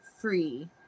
free